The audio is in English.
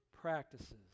practices